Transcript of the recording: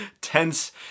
tense